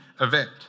event